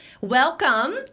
Welcome